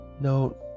No